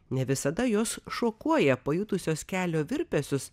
ne visada jos šokuoja pajutusios kelio virpesius